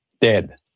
dead